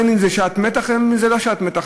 בין שזו שעת מתח ובין שזו לא שעת מתח?